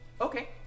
Okay